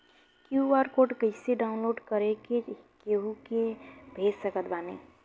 QR code कइसे download कर के केहु के भेज सकत बानी?